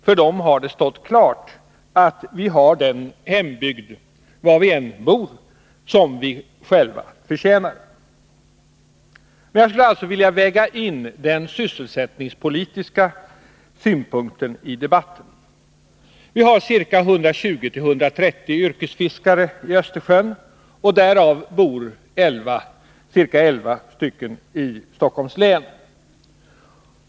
För dem har det stått klart att vi har den hembygd - var vi än bor — som vi själva förtjänar. Jag skulle alltså vilja väga in sysselsättningspolitiska synpunkter i debatten. Det finns ca 120-130 yrkesfiskare i Östersjön. Av dem bor ca 11 i Stockholms län.